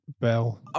Bell